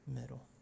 middle